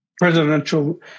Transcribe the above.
presidential